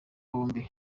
bombi